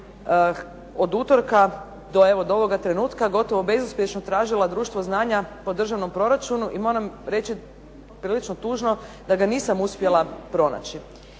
od utorka evo do ovoga trenutka gotovo bezuspješno tražila društvo znanja po državnom proračunu i moram reći prilično tužno da ga nisam uspjela pronaći.